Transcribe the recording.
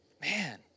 Man